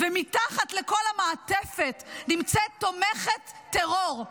ומתחת לכל המעטפת נמצאת תומכת טרור,